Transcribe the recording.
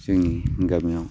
जोंनि गामियाव